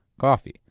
coffee